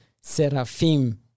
Seraphim